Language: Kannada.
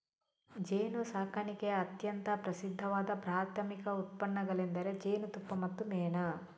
ಜೇನುಸಾಕಣೆಯ ಅತ್ಯಂತ ಪ್ರಸಿದ್ಧವಾದ ಪ್ರಾಥಮಿಕ ಉತ್ಪನ್ನಗಳೆಂದರೆ ಜೇನುತುಪ್ಪ ಮತ್ತು ಮೇಣ